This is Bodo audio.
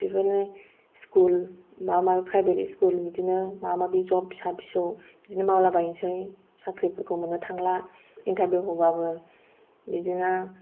बेफोरबायदिनो स्कुल माबा माबि प्रायभेट स्कुल बेफोरबायदिनो माबा माबि जब फिसा फिसौ बिदिनो मावलाबायनोसै साख्रिफोरखौ मोननो थांला इनटारभिउ होबाबो बिदिनो